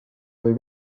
või